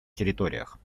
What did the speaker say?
территориях